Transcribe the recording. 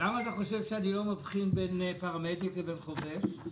ולמה אתה חושב שאני לא מבחין בין פרמדיק לבין חובש?